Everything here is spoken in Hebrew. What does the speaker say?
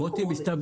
אתה לא מגיע מהחלל.